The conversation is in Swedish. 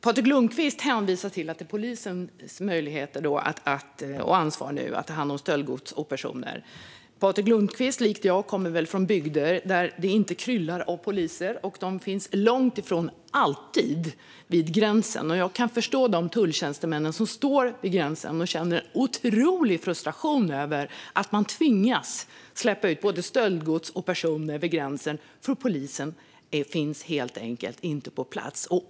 Patrik Lundqvist hänvisar till att det är polisen som har möjlighet och ansvar att ta hand om stöldgods och personer. Likt mig kommer väl Patrik Lundqvist från bygder där det inte kryllar av poliser. De finns långt ifrån alltid vid gränsen, och jag kan förstå de tulltjänstemän som står vid gränsen och känner en otrolig frustration över att de tvingas släppa både stöldgods och personer över gränsen därför att polisen helt enkelt inte finns på plats.